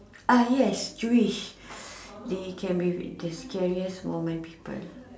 uh yes Jewish they can be the scariest small man people